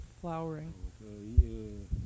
flowering